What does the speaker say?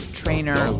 trainer